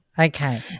Okay